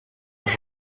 est